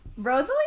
Rosalie